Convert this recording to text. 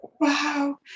wow